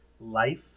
life